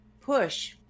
push